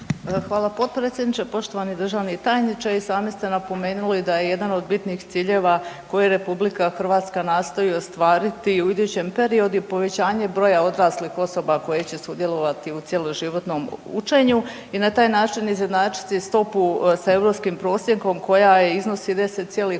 Hvala potpredsjedniče. Poštovani državni tajniče i sami ste napomenuli da je jedan od bitnih ciljeva koji RH nastoji ostvariti u idućem periodu povećanje broja odraslih osoba koje će sudjelovati u cjeloživotnom učenju i na taj način izjednačiti stopu sa europskim prosjekom koja iznosi 10,8,